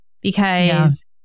Because-